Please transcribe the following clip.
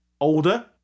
older